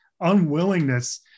unwillingness